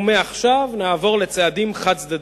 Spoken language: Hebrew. ומעכשיו נעבור לצעדים חד-צדדיים.